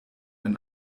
ein